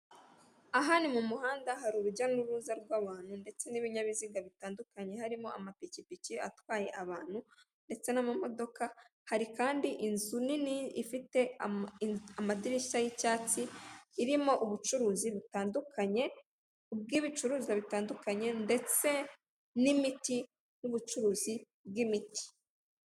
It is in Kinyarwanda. Ahari mu muhanda hari urujya n'uruza rw'abantu, ndetse n'ibinyabiziga bitandukanye, harimo amapikipiki atwaye abantu, ndetse n'amamodoka hari kandi inzu nini ifite amadirishya y'icyatsi irimo ubucuruzi butandukanye bw'ibicuruzwa bitandukanye ndetse n'imiti, n'ubucuruzi bw'imiti.